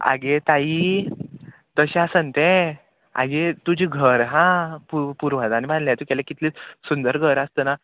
आगे ताई तशें आसन तें आगे तुजी घर हां पू पुर्वजान बांदल्या तुगेले कितले सुंदर घर आसतना